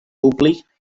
públic